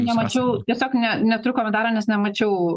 nemačiau tiesiog ne neturiu komentaro nes nemačiau